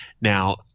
Now